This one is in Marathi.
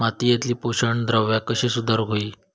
मातीयेतली पोषकद्रव्या कशी सुधारुक होई?